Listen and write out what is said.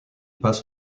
passe